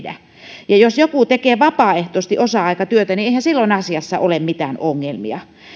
voi lisätyötä tehdä jos joku tekee vapaaehtoisesti osa aikatyötä niin eihän silloin asiassa ole mitään ongelmia